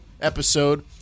episode